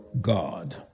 God